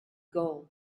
goal